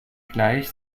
gleich